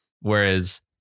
whereas